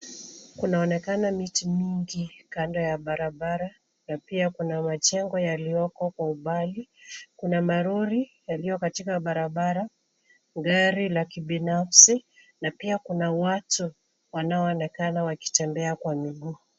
Kunaonekana miti mingi kando ya barabara na pia kuna majengo yaliyoko kwa umbali. Kuna malori yaliyokatika barabara. Gari la kibinafsi na pia kuna watu wanaoonekana wakitembea kwa miguu.